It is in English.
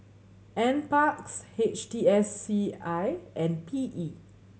Nparks H T S C I and P E